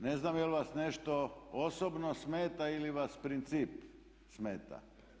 Ne znam jel vas nešto osobno smeta ili vas princip smeta?